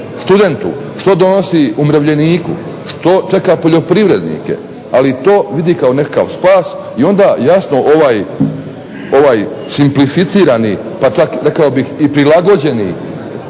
studentu, što donosi umirovljeniku, što čeka poljoprivrednike, ali to vidi kao nekakav spas i onda jasno ovaj simplificirani pa čak rekao bih